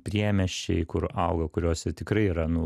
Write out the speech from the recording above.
priemiesčiai kur auga kuriuose tikrai yra nu